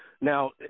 Now